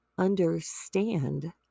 understand